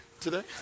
today